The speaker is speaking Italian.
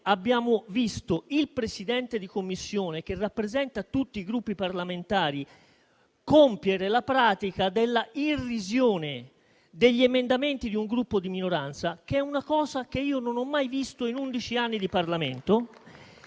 abbiamo visto infatti il Presidente della Commissione, che rappresenta tutti i Gruppi parlamentari, compiere la pratica della irrisione degli emendamenti di un Gruppo di minoranza. È una cosa che io non ho mai visto in undici anni di Parlamento.